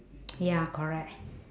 ya correct